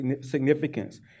significance